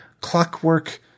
clockwork